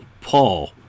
Paul